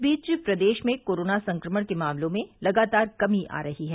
इस बीच प्रदेश में कोरोना संक्रमण के मामलों में लगातार कमी आ रही है